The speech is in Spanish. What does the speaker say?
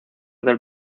del